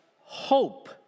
hope